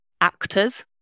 actors